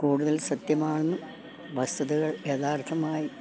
കൂടുതൽ സത്യമാണെന്നും വസ്തുതകൾ യഥാർത്ഥമായി